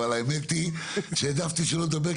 אבל האמת היא שהעדפתי שהוא לא ידבר,